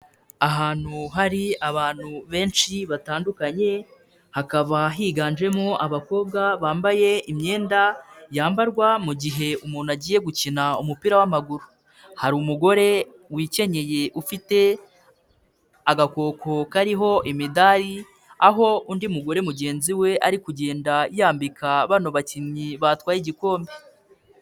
Ahantu hari abantu benshi batandukanye hakaba higanjemo abakobwa bambaye imyenda yambarwa mu gihe umuntu agiye gukina umupira w'amaguru, hari umugore wikenyeye ufite agakoko kariho imidari aho undi mugore mugenzi we ari kugenda yambika bano bakinnyi batwaye igikombe.